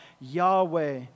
Yahweh